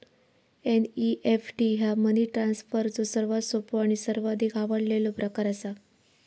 NEFT ह्या money ट्रान्सफरचो सर्वात सोपो आणि सर्वाधिक आवडलेलो प्रकार असा